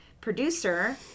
producer